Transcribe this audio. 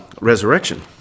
resurrection